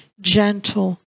gentle